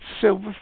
Silver